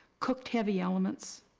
cooked heavy elements,